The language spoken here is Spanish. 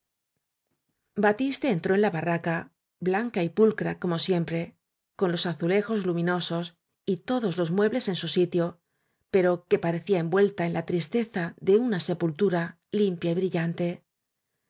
batiste entró en la barraca blanca y pul cra como siempre con los azulejos luminosos y todos los muebles en su sitio pero que pa recía envuelta en la tristeza de una sepultura limpia y brillante